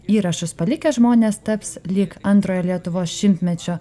įrašus palikę žmonės taps lyg antrojo lietuvos šimtmečio